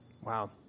Wow